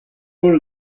holl